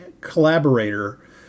collaborator